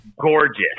gorgeous